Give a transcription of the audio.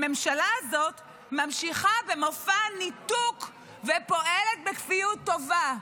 הממשלה הזאת ממשיכה במופע הניתוק ופועלת בכפיות טובה.